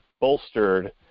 bolstered